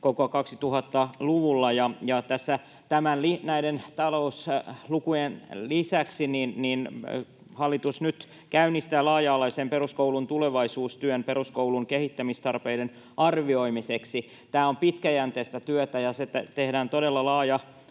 koko 2000-luvulla, ja tässä näiden talouslukujen lisäksi hallitus nyt käynnistää laaja-alaisen peruskoulun tulevaisuustyön peruskoulun kehittämistarpeiden arvioimiseksi. Tämä on pitkäjänteistä työtä, ja se tehdään todella